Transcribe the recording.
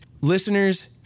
listeners